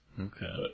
Okay